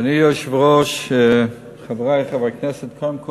אדוני היושב-ראש, חברי חברי הכנסת, קודם כול,